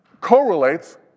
correlates